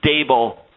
stable